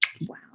Wow